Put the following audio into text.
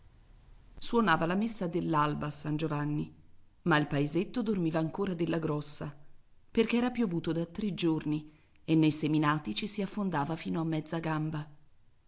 suonava la messa dell'alba a san giovanni ma il paesetto dormiva ancora della grossa perché era piovuto da tre giorni e nei seminati ci si affondava fino a mezza gamba